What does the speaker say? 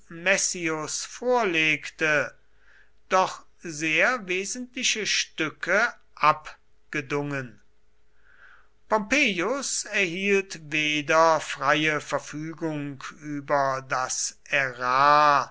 messius vorlegte doch sehr wesentliche stücke abgedungen pompeius erhielt weder freie verfügung über das ärar